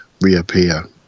reappear